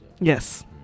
Yes